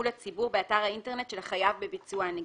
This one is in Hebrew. לציבור באתר האינטרנט של החייב בביצוע נגישות.